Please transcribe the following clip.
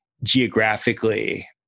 geographically